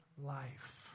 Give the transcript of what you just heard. life